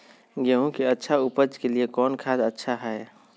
गेंहू के अच्छा ऊपज के लिए कौन खाद अच्छा हाय?